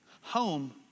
Home